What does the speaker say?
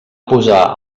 posar